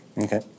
Okay